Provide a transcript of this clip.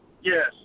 Yes